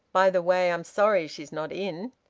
by the way, i'm sorry she's not in.